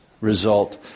result